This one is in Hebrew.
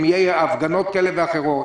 אם תהיינה הפגנות כאלה ואחרות.